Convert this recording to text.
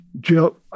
Jill